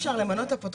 לא דיברתי עם הבן אדם?